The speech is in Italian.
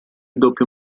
doppio